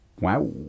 Wow